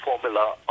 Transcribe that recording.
formula